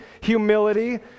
humility